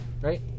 right